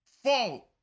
fault